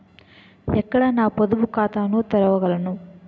ఎక్కడ నా పొదుపు ఖాతాను తెరవగలను?